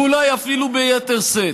ואולי אפילו ביתר שאת,